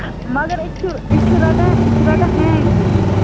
مگر أسۍ چھُو أسۍ چھُو رَٹان أسۍ چھِ رَٹان ہیٚنٛڈ کیش